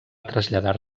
traslladar